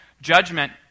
Judgment